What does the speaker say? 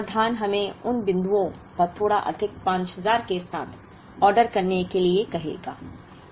इष्टतम समाधान हमें इन बिंदुओं पर थोड़ा अधिक 5000 के साथ ऑर्डर करने के लिए कहेगा